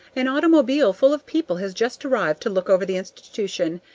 an automobile full of people has just arrived to look over the institution,